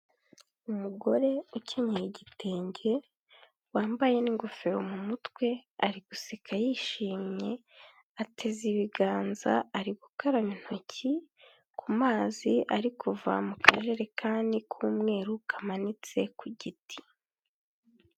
Umugore ukenyeye igitenge wambaye n'ingofero mu mutwe, ari guseka yishimye ateze ibiganza ari gukaraba intoki ku mazi ari kuva mu kajerekani k'umweru kamanitse ku giti.